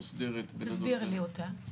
תסביר לי אותה.